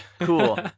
Cool